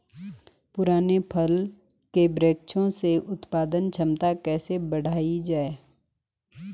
पुराने फल के वृक्षों से उत्पादन क्षमता कैसे बढ़ायी जाए?